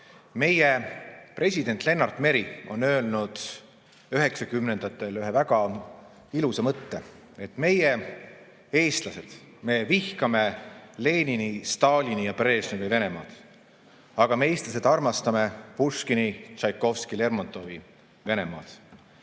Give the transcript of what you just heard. President Lennart Meri on öelnud 1990-ndatel ühe väga ilusa mõtte: meie, eestlased, me vihkame Lenini, Stalini ja Brežnevi Venemaad, aga me, eestlased, armastame Puškini, Tšaikovski ja Lermontovi Venemaad.